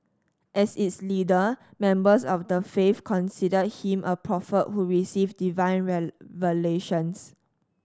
as its leader members of the faith considered him a prophet who received divine revelations